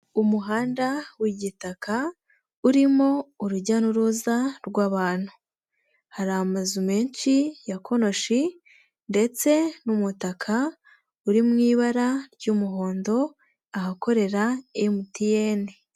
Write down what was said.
Umuhanda w'igitaka urimo urujya n'uruza rw'abantu, hari amazu menshi ya konoshi, ndetse n'umutaka uri mu ibara ry'umuhondo ahakorera MTN.